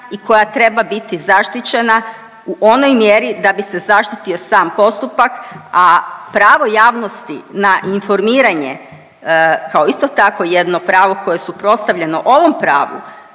i koja treba biti zaštićena u onoj mjeri da bi se zaštitio sam postupak, a pravo javnosti na informiranje kao isto tako jedno pravo koje je suprotstavljeno ovom pravu